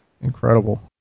Incredible